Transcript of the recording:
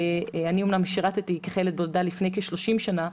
אני אומנם שירתי כחיילת בודדה לפני כ-30 שנה,